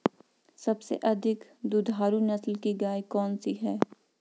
सबसे अधिक दुधारू नस्ल की गाय कौन सी है?